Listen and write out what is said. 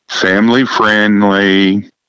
family-friendly